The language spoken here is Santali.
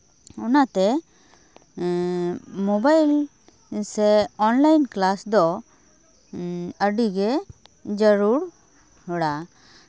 ᱚᱱᱟᱛᱮ ᱢᱳᱵᱟᱭᱤᱞ ᱥᱮ ᱚᱱᱞᱟᱭᱤᱱ ᱠᱞᱟᱥ ᱫᱚ ᱟᱹᱰᱤᱜᱮ ᱡᱟᱹᱨᱩᱲᱟ